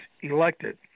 elected